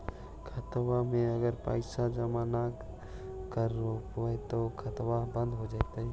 खाता मे अगर पैसा जमा न कर रोपबै त का होतै खाता बन्द हो जैतै?